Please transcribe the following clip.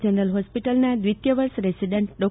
general hospital નાં દ્વિતીય વર્ષ રેસીડેંન્ટ ડો